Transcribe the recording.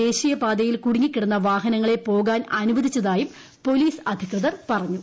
ദേശീയ പാതയിൽ കുടുങ്ങിക്കിടന്ന വാഹനങ്ങളെ പോകാൻ അനുവദിച്ചതായും പോലീസ് അധികൃതർ പറഞ്ഞു